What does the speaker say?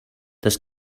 das